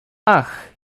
ach